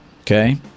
Okay